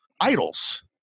idols